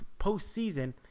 postseason